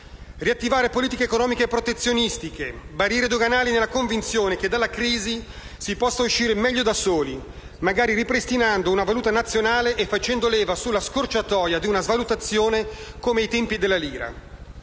riattivare politiche economiche protezionistiche e barriere doganali, nella convinzione che dalla crisi si possa uscire meglio da soli, magari ripristinando una valuta nazionale e facendo leva sulla scorciatoia di una svalutazione, come ai tempi della lira.